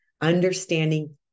understanding